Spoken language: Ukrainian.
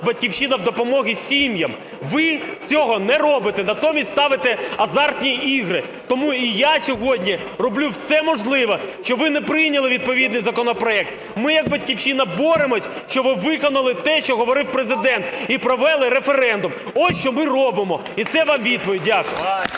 "Батьківщина" в допомозі сім'ям, ви цього не робите, натомість ставите азартні ігри. Тому і я сьогодні роблю все можливе, щоб ви не прийняли відповідний законопроект. Ми як "Батьківщина" боремося, щоб виконали те, що говорив Президент і провели референдум. Ось, що ми робимо і це вам відповідь. Дякую.